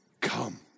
come